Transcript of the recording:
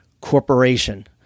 Corporation